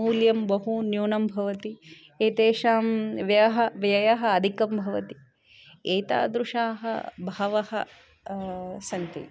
मूल्यं बहु न्यूनं भवति एतेषां व्याह व्ययः अधिकं भवति एतादृशाः बहवः सन्ति